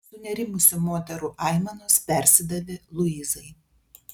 sunerimusių moterų aimanos persidavė luizai